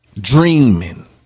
Dreaming